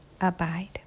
abide